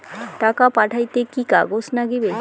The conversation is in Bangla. টাকা পাঠাইতে কি কাগজ নাগীবে?